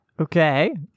Okay